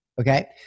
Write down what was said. Okay